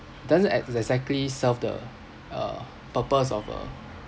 doesn't ex~ exactly serve the uh purpose of a